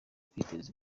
kwiteza